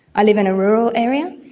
i live in a rural area.